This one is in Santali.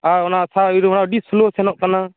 ᱟᱨ ᱚᱱᱟ ᱪᱷᱟ ᱩᱱᱢᱟ ᱟᱹᱰᱤ ᱥᱞᱳ ᱥᱮᱱᱚᱜ ᱠᱟᱱᱟ